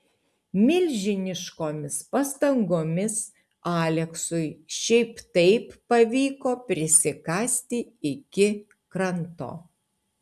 milžiniškomis pastangomis aleksui šiaip taip pavyko prisikasti iki kranto